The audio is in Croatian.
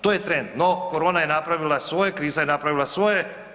To je trend, no korona je napravila svoje, kriza je napravila svoje.